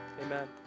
amen